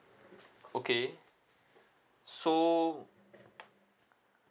okay so